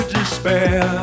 despair